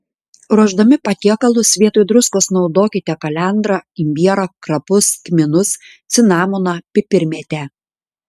ruošdami patiekalus vietoj druskos naudokite kalendrą imbierą krapus kmynus cinamoną pipirmėtę